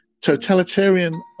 totalitarian